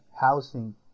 housing